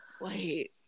wait